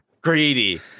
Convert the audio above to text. greedy